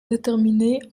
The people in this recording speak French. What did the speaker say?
déterminées